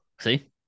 See